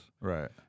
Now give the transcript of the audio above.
Right